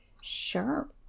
Sure